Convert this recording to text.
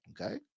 okay